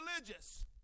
religious